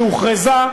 שהוכרזה,